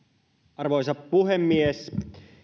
arvoisa puhemies